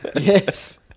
Yes